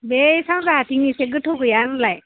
बै सानजाहाथिं एसे गोथौ गैया होनलाय